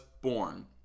born